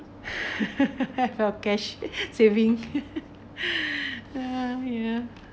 of cash saving oh ya